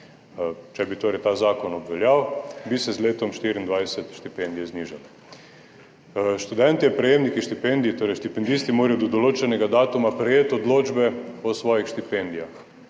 če bi torej ta zakon obveljal, bi se z letom 2024 štipendije znižale. Študentje, prejemniki štipendij, torej štipendisti, morajo do določenega datuma prejeti odločbe o svojih štipendijah